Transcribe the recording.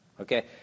Okay